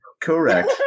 Correct